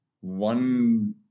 one